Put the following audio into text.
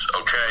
okay